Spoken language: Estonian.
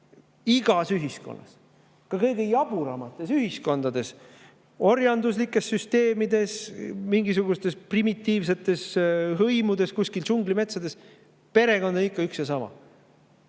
Igas ühiskonnas, ka kõige jaburamates ühiskondades, orjanduslikes süsteemides, mingisugustes primitiivsetes hõimudes kuskil džunglimetsades on perekond olnud ikka üks ja sama: